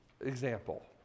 example